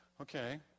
Okay